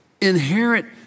inherent